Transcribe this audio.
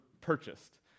purchased